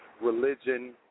religion